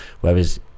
whereas